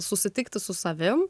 susitikti su savim